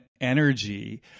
energy